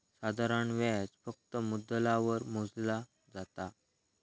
साधारण व्याज फक्त मुद्दलावर मोजला जाता